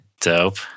Dope